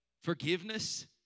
Forgiveness